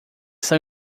são